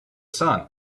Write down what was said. sun